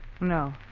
No